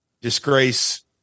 disgrace